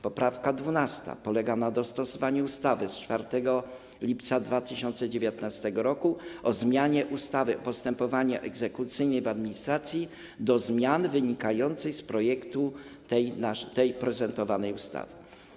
Poprawka 12. polega na dostosowaniu ustawy z 4 lipca 2019 r. o zmianie ustawy o postępowaniu egzekucyjnym w administracji do zmian wynikających z projektu tej prezentowanej ustawy.